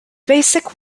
basic